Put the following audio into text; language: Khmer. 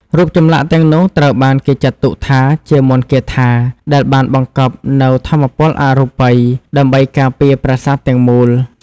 រូបចម្លាក់ទាំងនោះត្រូវបានគេចាត់ទុកថាជាមន្តគាថាដែលបានបង្កប់នូវថាមពលអរូបី ដើម្បីការពារប្រាសាទទាំងមូល។